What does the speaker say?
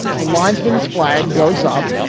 the linesman's flag goes up.